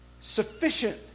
sufficient